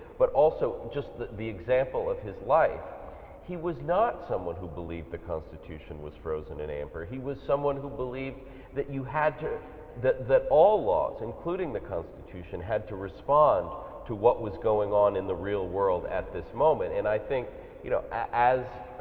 but also just the the example of life he was not someone who believed the constitution was frozen in amber. he was someone who believed that you had that that all laws including the constitution had to respond to what was going on in the real world at this moment, and i think you know as